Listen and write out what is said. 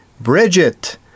Bridget